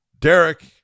Derek